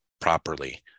properly